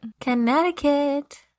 Connecticut